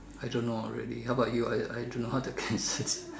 I don't know really how about you I I don't know how to answer this